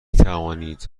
توانید